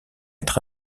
être